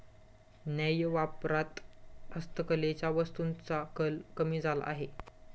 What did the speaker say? न्याय्य व्यापारात हस्तकलेच्या वस्तूंचा कल कमी झाला आहे